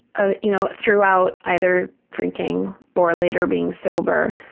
ah you know, throughout either drinking or later being sober,